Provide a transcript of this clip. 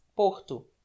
porto